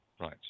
Right